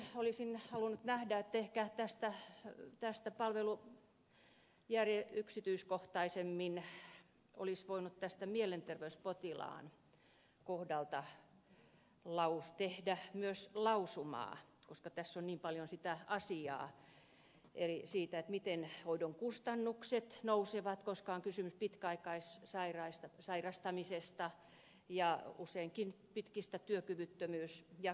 jotenkin olisin halunnut nähdä että ehkä yksityiskohtaisemmin olisi voinut mielenterveyspotilaiden kohdalta tehdä myös lausuman koska tässä on niin paljon sitä asiaa siitä miten hoidon kustannukset nousevat koska on kysymys pitkäaikaissairastamisesta ja useinkin pitkistä työkyvyttömyysjaksoista